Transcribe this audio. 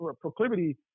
proclivity